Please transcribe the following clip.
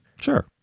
Sure